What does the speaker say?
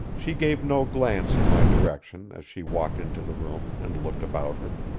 she gave no glance in my direction as she walked into the room and looked about her.